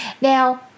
now